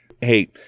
Hey